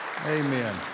amen